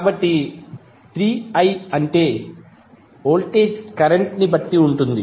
కాబట్టి 3i అంటే voltage current ని బట్టి ఉంటుంది